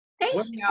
Thanks